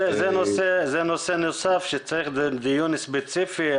זה נושא נוסף שצריך דיון ספציפי,